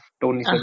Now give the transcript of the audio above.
Tony